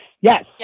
yes